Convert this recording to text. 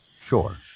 Sure